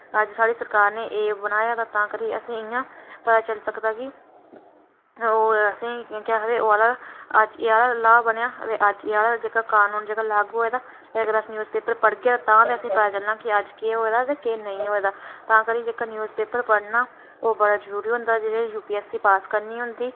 अज्ज साढ़ी सरकार नै एह् बनाया तां साढ़ी सरकार नै पता चली सकदा कि ओह् असेंगी असेंगी अगर अज्ज एह् लॉ बनेआ ते अज्ज एह् आह्ला कानून जेह्का लागू होआ ते अगर अस न्यूज़ पेपर पढ़गे तां गै असेंगी पता चलना कि अज्ज केह् होआ दा ते केह् नेईं होआ दा ते तां करियै जेह्का न्यूज़ पेपर पढ़ना ओह् बड़ा जडरूरी होंदा जि'नें यूपीएससी पास करनी होंदी